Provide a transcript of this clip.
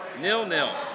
nil-nil